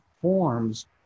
forms